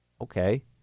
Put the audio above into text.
Okay